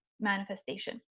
manifestation